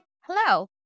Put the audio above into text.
Hello